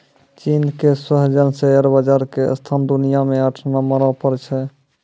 चीन के Shenzhen share बाजार के स्थान दुनिया मे आठ नम्बरो पर छै